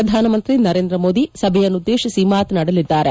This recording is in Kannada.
ಪ್ರಧಾನಮಂತ್ರಿ ನರೇಂದ್ರ ಮೋದಿ ಸಭೆಯನ್ನುದ್ದೇಶಿಸಿ ಮಾತನಾಡಲಿದ್ದಾರೆ